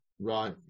Right